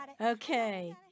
Okay